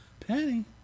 penny